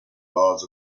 laws